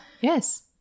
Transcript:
yes